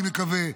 אני מקווה,